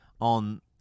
on